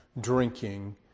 drinking